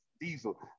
diesel